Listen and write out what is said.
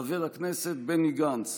חבר הכנסת בני גנץ,